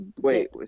wait